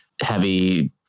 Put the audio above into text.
heavy